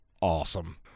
awesome